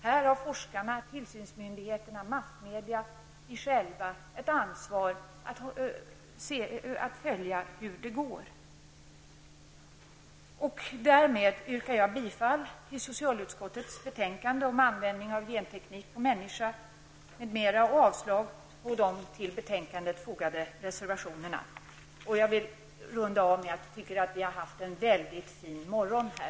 Här har forskarna, tillsynsmyndigheterna, massmedia och vi själva ett ansvar att följa utvecklingen. Därmed yrkar jag bifall till socialutskottets betänkande om användning av genteknik på människan, m.m. och avslag på de till betänkandet fogade reservationerna. Jag vill runda av med att jag tycker att vi har haft en väldigt fin morgon här.